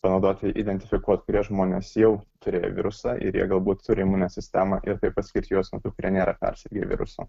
panaudoti identifikuot kurie žmonės jau turėjo virusą ir jie galbūt turi imuninę sistemą ir taip atskirs juos nuo tų kurie nėra persirgę virusu